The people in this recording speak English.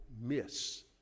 miss